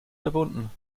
verbunden